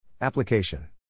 Application